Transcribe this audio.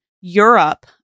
Europe